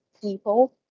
people